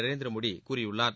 நரேந்திரமோடி கூறியுள்ளார்